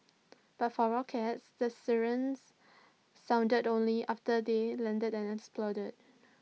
but for rockets the sirens sounded only after they landed and exploded